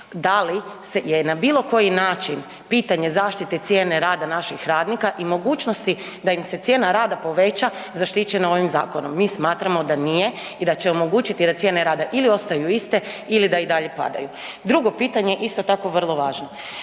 Da li se je na bilo koji način pitanje zaštite cijene rada naših radnika i mogućnosti da im se cijena rada poveća zaštićeno ovim zakonom? Mi smatramo da nije i da će omogućiti i da cijene rada ili ostaju iste ili da i dalje padaju. Drugo pitanje isto tako vrlo važno.